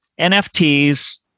NFTs